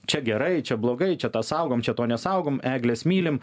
čia gerai čia blogai čia tą saugom čia to nesaugom egles mylim